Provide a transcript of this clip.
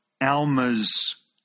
Alma's